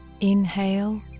inhale